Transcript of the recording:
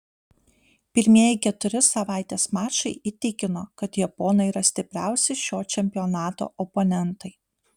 pirmieji keturi savaitės mačai įtikino kad japonai yra stipriausi šio čempionato oponentai